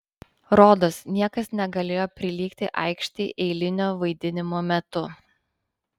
rodos niekas negalėjo prilygti aikštei eilinio vaidinimo metu